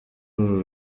uru